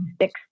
six